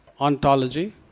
ontology